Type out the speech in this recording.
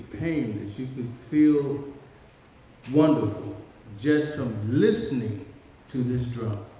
painless. you could feel wonderful just from listening to this drum.